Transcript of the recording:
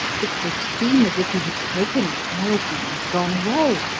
it would seem as if he had taken the talisman and gone away,